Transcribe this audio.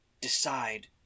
decide